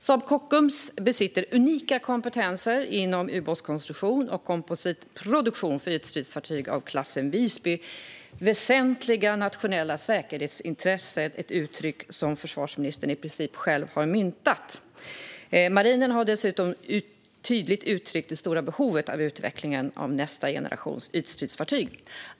Saab Kockums besitter unika kompetenser inom ubåtskonstruktion och kompositproduktion för ytstridsfartyg av klassen Visby. Väsentliga nationella säkerhetsintressen är ett uttryck som försvarsministern i princip själv har myntat. Marinen har dessutom tydligt uttryckt det stora behovet av utvecklingen av nästa generation ytstridsfartyg.